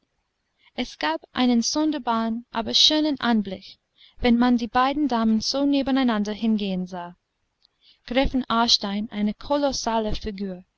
es gab einen sonderbaren aber schönen anblick wenn man die beiden damen so nebeneinander hingehen sah gräfin aarstein eine kolossale figur